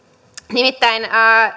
nimittäin